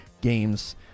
games